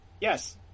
Yes